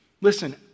Listen